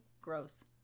Gross